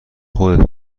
خودت